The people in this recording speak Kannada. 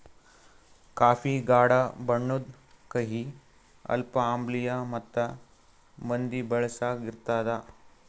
ಕಾಫಿ ಗಾಢ ಬಣ್ಣುದ್, ಕಹಿ, ಸ್ವಲ್ಪ ಆಮ್ಲಿಯ ಮತ್ತ ಮಂದಿ ಬಳಸಂಗ್ ಇರ್ತದ